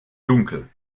dunkel